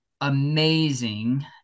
amazing